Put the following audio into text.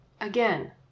Again